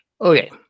Okay